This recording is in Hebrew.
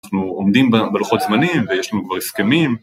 אנחנו עומדים בלוחות זמנים ויש לנו כבר הסכמים.